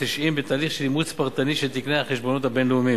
ה-90 בתהליך של אימוץ פרטני של תקני החשבונאות הבין-לאומיים,